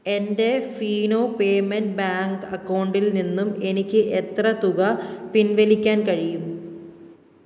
എൻ്റെ Fino payment bank അക്കൗണ്ടിൽ നിന്നും എനിക്ക് എത്ര തുക പിൻവലിക്കാൻ കഴിയും